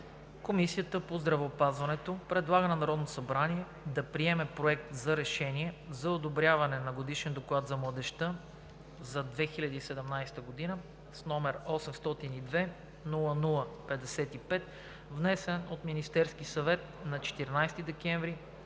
Комисията по здравеопазването предлага на Народното събрание да приеме Проект за решение за одобряване на Годишен доклад за младежта за 2017 г., № 802-00-55, внесен от Министерския съвет на 14 декември